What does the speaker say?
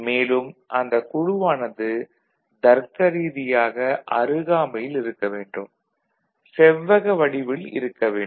மேலும் அந்த குழுவானது தருக்க ரீதியாக அருகாமையில் இருக்க வேண்டும் செவ்வக வடிவில் இருக்க வேண்டும்